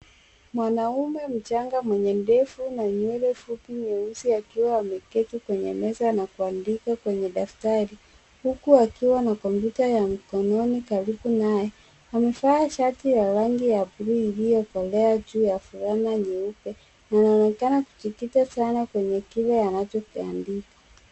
Mwanaume mchanga mwenye ndevu na nywele fupi nyeusi akiwa ameketi kwenye meza na kuandika kwenye daftari huku akiwa na kompyuta ya mkononi karibu naye. Amevaa shati ya rangi ya buluu iliyikolea juu ya fulana nyeupe. Inaonekana kujikita sana kwenye kile anachokiandika.